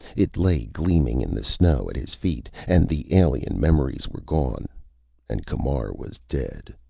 it lay gleaming in the snow at his feet, and the alien memories were gone and camar was dead.